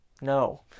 no